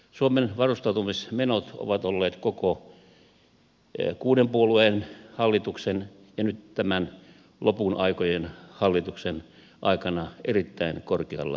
suomen varustautumismenot ovat olleet koko kuuden puolueen hallituksen ja nyt tämän lopun aikojen hallituksen aikana erittäin korkealla tasolla